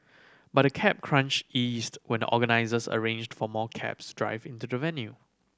but the cab crunch eased when the organisers arranged for more cabs drive into the venue